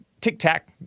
tic-tac